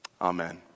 Amen